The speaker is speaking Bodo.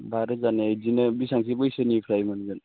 दा रोगानाया इदिनो बिसांसो बैसोनिफ्राय मोनगोन